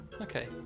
Okay